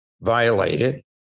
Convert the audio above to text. violated